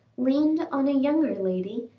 leaned on a younger lady,